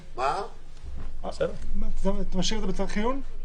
אתה משאיר את זה בצריך עיון?